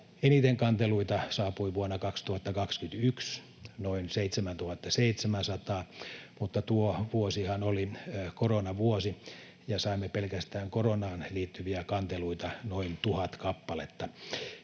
Eniten kanteluita saapui vuonna 2021, noin 7 700, mutta tuo vuosihan oli koronavuosi, ja saimme pelkästään koronaan liittyviä kanteluita noin tuhat kappaletta.